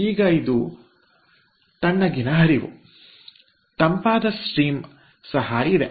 ಈಗ ಇದು ಒಂದು ತಣ್ಣಗಿನ ಹರಿವು ತಂಪಾದ ಹರಿವು ಸಹ ಇದೆ